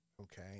Okay